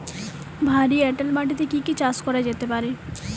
ভারী এঁটেল মাটিতে কি কি চাষ করা যেতে পারে?